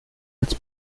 als